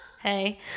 hey